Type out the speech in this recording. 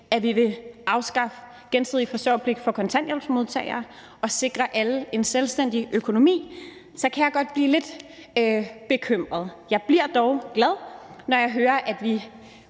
at vi vil afskaffe gensidig forsørgerpligt for kontanthjælpsmodtagere og sikre alle en selvstændig økonomi, så kan jeg godt blive lidt bekymret. Jeg bliver dog glad, når jeg hører, at vi